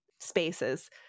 spaces